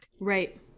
Right